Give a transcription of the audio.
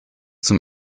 zum